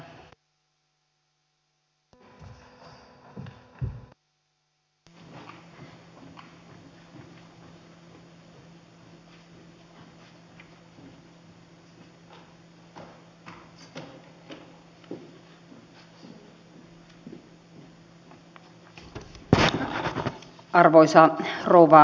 arvoisa rouva puhemies